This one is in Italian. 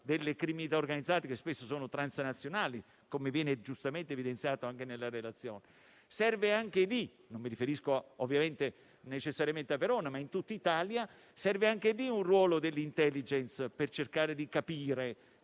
delle criminalità organizzate, che spesso sono transnazionali, come giustamente evidenziato anche nella relazione. Serve anche lì - non mi riferisco necessariamente a Verona, ma a tutta Italia - un ruolo dell'*intelligence* per cercare di capire